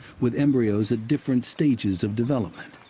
with embryos at different stages of development.